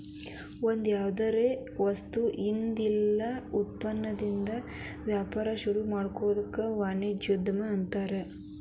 ಒಂದ್ಯಾವ್ದರ ವಸ್ತುಇಂದಾ ಇಲ್ಲಾ ಉತ್ಪನ್ನದಿಂದಾ ವ್ಯಾಪಾರ ಶುರುಮಾಡೊದಕ್ಕ ವಾಣಿಜ್ಯೊದ್ಯಮ ಅನ್ತಾರ